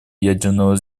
ядерного